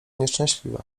nieszczęśliwe